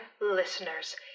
listeners